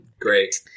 Great